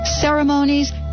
ceremonies